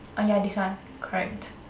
ah ya this one correct